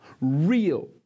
real